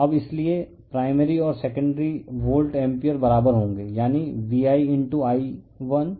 refer slide time 1052 अब इसलिए primary और सेकेंडरी वोल्ट एम्पीयर बराबर होंगे यानी V1I1